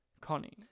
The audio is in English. connie